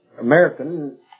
American